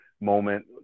moment